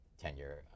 tenure